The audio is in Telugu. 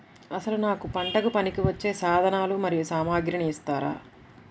అసలు నాకు పంటకు పనికివచ్చే సాధనాలు మరియు సామగ్రిని ఇస్తారా?